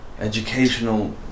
educational